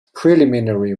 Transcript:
preliminary